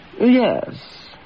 yes